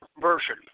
version